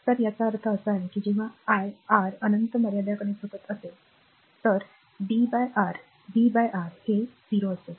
तर याचा अर्थ असा आहे की जेव्हा I R अनंत मर्यादा झुकत असेल तर b by R हे 0 असेल